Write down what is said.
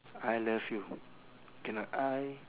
I love you cannot I